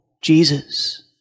Jesus